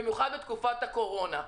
במיוחד בתקופת הקורונה.